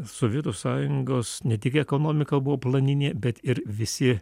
sovietų sąjungos ne tik ekonomika buvo planinė bet ir visi